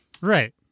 Right